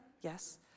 Yes